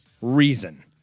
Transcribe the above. reason